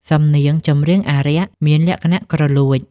សំនៀងចម្រៀងអារក្ស មានលក្ខណៈគ្រលួច។